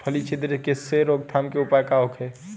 फली छिद्र से रोकथाम के उपाय का होखे?